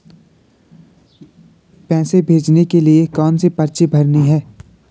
पैसे भेजने के लिए कौनसी पर्ची भरनी है?